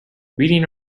reading